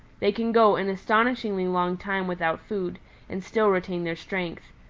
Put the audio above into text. they can go an astonishingly long time without food and still retain their strength.